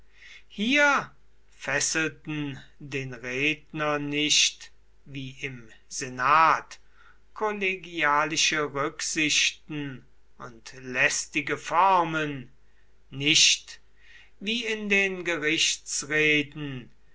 hier fesselten den redner nicht wie im senat kollegialische rücksichten und lästige formen nicht wie in den